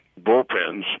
bullpens